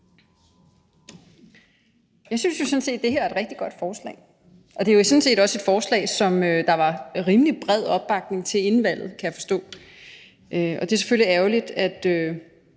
Jeg synes sådan set, at det her er et rigtig godt forslag, og det er sådan set også et forslag, som der var rimelig bred opbakning til inden valget, kan jeg forstå. Det er selvfølgelig ærgerligt, at